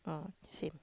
oh same